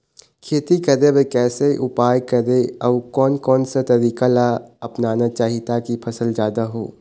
खेती करें बर कैसे उपाय करें अउ कोन कौन सा तरीका ला अपनाना चाही ताकि फसल जादा हो?